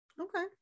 okay